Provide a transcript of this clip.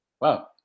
Wow